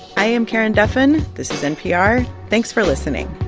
i am karen duffin. this is npr. thanks for listening